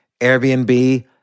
Airbnb